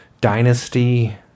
dynasty